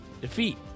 Defeat